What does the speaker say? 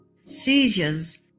seizures